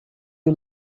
you